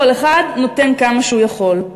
כל אחד נותן כמה שהוא יכול.